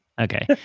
Okay